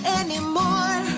anymore